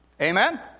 Amen